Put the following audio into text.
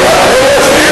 אתה חלמת שנשיא